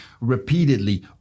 repeatedly